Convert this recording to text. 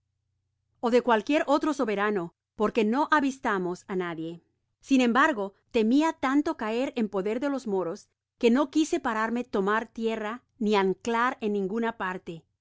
ó de cualquier otro soberano porque no avistamos á nadie sin embargo temia tanto eaer en poder de ios moros que no quise pararme tomar tierra ni anclar en ninguna parte